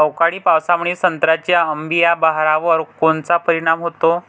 अवकाळी पावसामुळे संत्र्याच्या अंबीया बहारावर कोनचा परिणाम होतो?